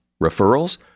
Referrals